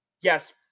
Yes